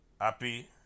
Happy